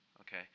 okay